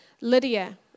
Lydia